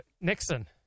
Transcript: nixon